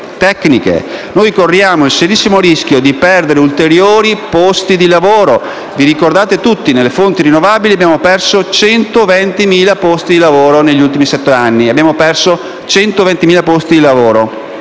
Noi corriamo il serissimo rischio di perdere ulteriori posti di lavoro. Come ricordate tutti, nelle fonti rinnovabili abbiamo perso 120.000 posti di lavoro negli ultimi sette anni;